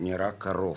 נראה רחוק,